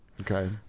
Okay